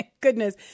goodness